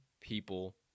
people